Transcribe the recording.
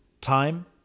time